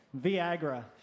Viagra